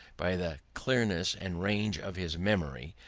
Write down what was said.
by the clearness and range of his memory,